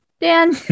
Dan